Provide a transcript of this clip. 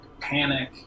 panic